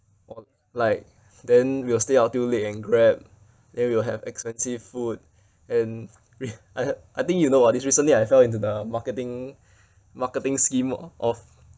or like then we'll stay out till late and grab then we will have expensive food and re~ I I think you know ah this recently I fell into the marketing marketing scheme of